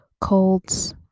Colds